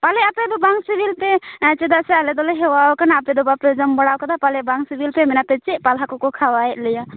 ᱟᱞᱮ ᱟᱯᱮ ᱫᱚ ᱵᱟᱝ ᱥᱤᱵᱤᱞ ᱯᱮ ᱪᱮᱫᱟᱜ ᱥᱮ ᱟᱞᱮ ᱫᱚᱞᱮ ᱦᱮᱣᱟᱣ ᱟᱠᱟᱱᱟ ᱟᱯᱮ ᱫᱚ ᱵᱟᱯᱮ ᱡᱚᱢ ᱵᱟᱲᱟᱣ ᱟᱠᱟᱫᱟ ᱯᱟᱞᱮ ᱵᱟᱝ ᱥᱤᱵᱤᱞ ᱯᱮ ᱢᱮᱱᱟᱯᱮ ᱪᱮᱫ ᱯᱟᱞᱦᱟ ᱠᱚᱠᱚ ᱠᱷᱟᱣᱟᱣᱮᱫ ᱞᱮᱭᱟ